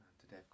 Today